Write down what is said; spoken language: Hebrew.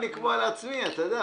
קודם כל יש פה בעיה.